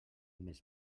més